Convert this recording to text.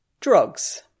Drugs